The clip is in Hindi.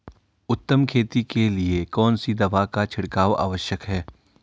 उत्तम खेती के लिए कौन सी दवा का छिड़काव आवश्यक है?